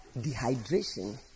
dehydration